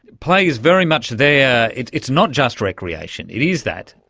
play is very much there, it's it's not just recreation, it is that,